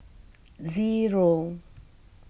zero